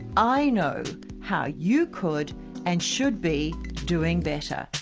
i know how you could and should be doing better.